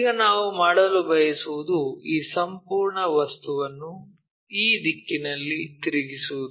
ಈಗ ನಾವು ಮಾಡಲು ಬಯಸುವುದು ಈ ಸಂಪೂರ್ಣ ವಸ್ತುವನ್ನು ಈ ದಿಕ್ಕಿನಲ್ಲಿ ತಿರುಗಿಸುವುದು